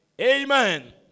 Amen